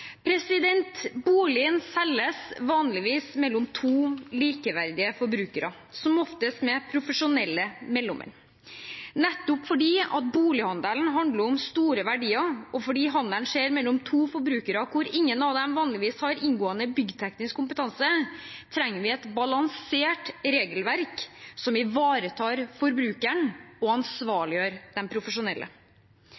selges vanligvis mellom to likeverdige forbrukere, som oftest med profesjonelle mellommenn. Nettopp fordi bolighandelen handler om store verdier og handelen skjer mellom to forbrukere hvor ingen av dem vanligvis har inngående byggteknisk kompetanse, trenger vi et balansert regelverk som ivaretar forbrukeren og